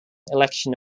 election